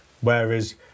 Whereas